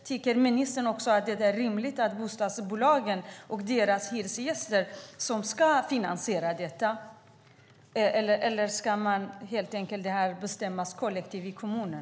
Tycker ministern också att det är rimligt att bostadsbolagen och deras hyresgäster ska finansiera detta? Eller ska det helt enkelt bestämmas kollektivt i kommunen?